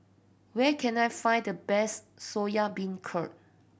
where can I find the best Soya Beancurd